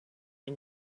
and